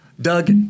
Doug